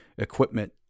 equipment